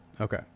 Okay